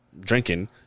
drinking